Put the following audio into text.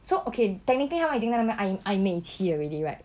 so okay technically 他们已经在那边暧暧昧期 already right